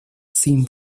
sin